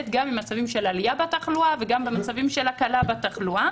גם עם מצבים של עלייה בתחלואה וגם במצבים של הקלה בתחלואה.